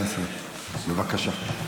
בבקשה.